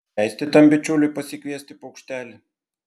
leisti tam bičiuliui pasikviesti paukštelį